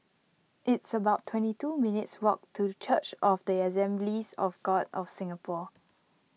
it's about twenty two minutes' walk to Church of the Assemblies of God of Singapore